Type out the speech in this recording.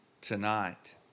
tonight